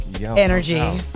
energy